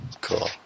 Cool